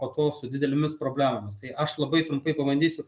po to su dideliomis problemomis tai aš labai trumpai pabandysiu